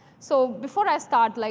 so before i start, like